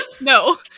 no